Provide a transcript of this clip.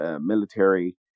military